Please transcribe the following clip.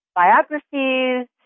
biographies